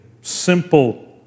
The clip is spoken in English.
Simple